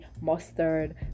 mustard